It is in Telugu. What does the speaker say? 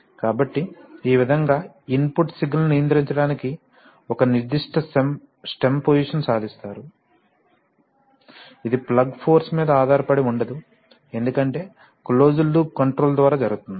కాబట్టి ఈ విధంగా ఇన్పుట్ సిగ్నల్ ను నియంత్రించడానికి ఒక నిర్దిష్ట స్టెమ్ పోసిషన్ సాధిస్తారు ఇది ప్లగ్ ఫోర్స్ మీద ఆధారపడి ఉండదు ఎందుకంటే క్లోజ్డ్ లూప్ కంట్రోల్ ద్వారా జరుగుతుంది